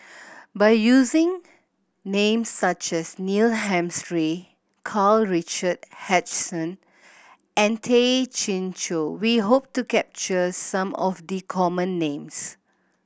by using names such as Neil Karl Richard Hanitsch and Tay Chin Joo we hope to capture some of the common names